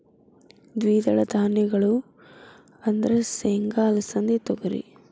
ದ್ವಿದಳ ಧಾನ್ಯಗಳು ಅಂದ್ರ ಸೇಂಗಾ, ಅಲಸಿಂದಿ, ತೊಗರಿ